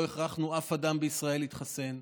לא הכרחנו אף אדם בישראל להתחסן.